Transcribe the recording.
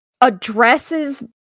addresses